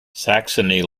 saxony